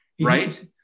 right